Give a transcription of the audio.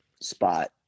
spot